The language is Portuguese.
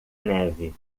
neve